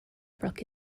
brook